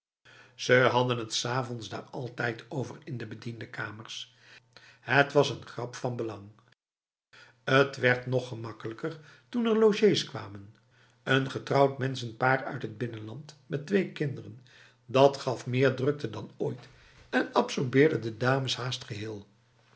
ze hadden het s avonds daar altijd over in de bediendenkamers het was een grap van belang het werd nog gemakkelijker toen er logés kwamen n getrouwd mensenpaar uit het binnenland met twee kinderen dat gaf meer drukte dan ooit en absorbeerde de dames haast geheel